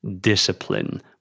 discipline